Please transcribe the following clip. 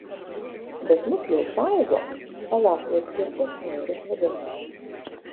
bet mus jau saugo alachui atkirto snaigės vadovas